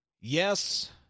Yes